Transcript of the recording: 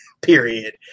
period